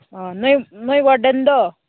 ꯑꯣ ꯅꯣꯏ ꯅꯣꯏ ꯋꯥꯡꯔꯗꯦꯟꯗꯣ